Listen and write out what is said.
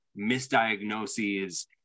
misdiagnoses